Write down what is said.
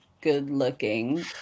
good-looking